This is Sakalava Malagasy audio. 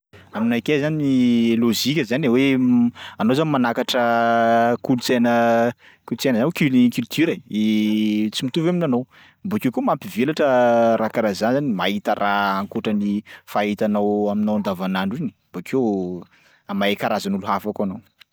Aminakay zany lôzika zany e hoe anao zany manakatra kolontsaina kolontsaina zany cul- culture e tsy mitovy amin'ny anao, bakeo koa mampivelatra raha karaha zany mahita raha ankoatran'ny fahitanao aminao andavanadro iny bokeo a- mahay karazan'olo hafa koa anao.